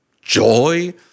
joy